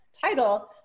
title